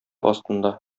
астында